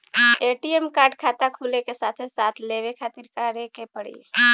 ATM card खाता खुले के साथे साथ लेवे खातिर का करे के पड़ी?